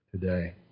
today